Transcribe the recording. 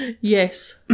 Yes